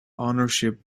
ownership